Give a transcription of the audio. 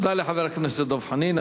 תודה לחבר הכנסת דב חנין.